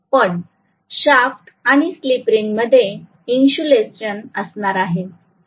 पण शाफ्ट आणि slip ring मध्ये इंसुलेशन असणार आहे